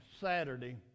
Saturday